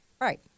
Right